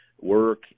work